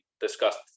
discussed